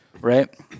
right